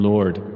Lord